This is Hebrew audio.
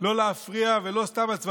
לא סתם הבן נשלח לגלוּת,